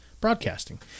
broadcasting